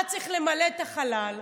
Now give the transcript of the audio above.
היה צריך למלא את החלל,